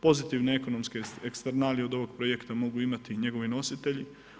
Pozitivne ekonomske eksternalije od ovog projekta mogu imati njegovi nositelji.